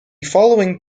following